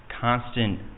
constant